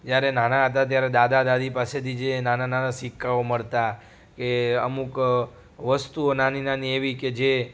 જ્યારે નાના હતા ત્યારે દાદા દાદી પાસેથી જે નાના નાના સિક્કાઓ મળતા કે અમુક વસ્તુઓ નાની નાની એવી કે જે